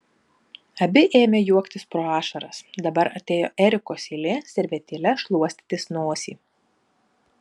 abi ėmė juoktis pro ašaras dabar atėjo erikos eilė servetėle šluostytis nosį